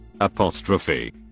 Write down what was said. Apostrophe